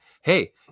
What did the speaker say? hey –